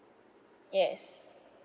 yes